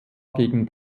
gegen